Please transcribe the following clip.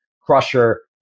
crusher